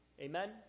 Amen